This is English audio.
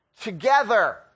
together